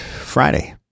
Friday